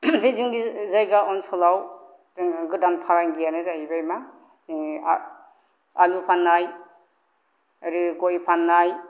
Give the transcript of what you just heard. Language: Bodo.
बे जोंनि जायगा ओनसोलाव जोङो गोदान फालांगियानो जाहैबाय मा जोङो आलु फाननाय आरो गय फान्नाय